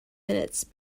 minutes